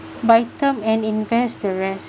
buy term and invest the rest